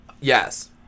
Yes